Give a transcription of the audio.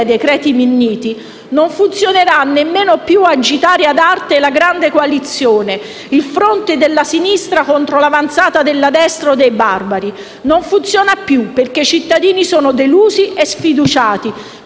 non funzionerà più nemmeno agitare ad arte la grande coalizione, il fronte della sinistra contro l'avanzata della destra o dei barbari. Non funziona più, perché i cittadini sono delusi e sfiduciati.